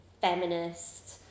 feminist